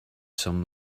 some